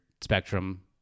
spectrum